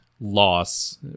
loss